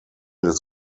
des